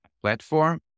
platform